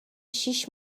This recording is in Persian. شیش